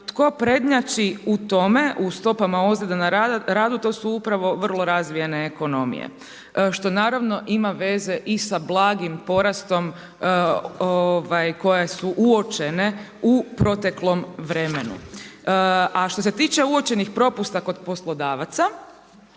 Tko prednjači u tome, u stopama ozljeda na radu, to su upravo vrlo razvijene ekonomije. Što naravno ima veze i sa blagim porastom koje su uočene u proteklom vremenu. A što se tiče uočenih propusta kod poslodavaca